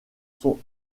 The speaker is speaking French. sont